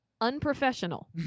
Unprofessional